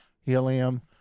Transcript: Helium